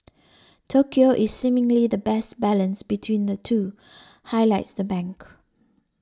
Tokyo is seemingly the best balance between the two highlights the bank